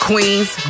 Queens